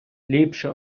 ліпше